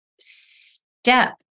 step